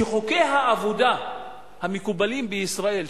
שחוקי העבודה המקובלים בישראל,